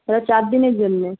এটা চারদিনের জন্যে